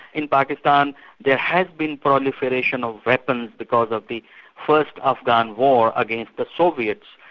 in pakistan there has been proliferation of weapons because of the first afghan war against the soviets,